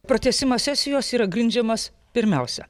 pratęsimas sesijos yra grindžiamas pirmiausia